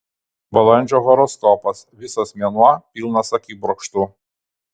balandžio horoskopas visas mėnuo pilnas akibrokštų